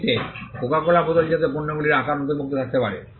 এটিতে কোকাকোলা বোতলজাত পণ্যগুলির আকার অন্তর্ভুক্ত থাকতে পারে